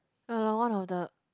ya lor one of the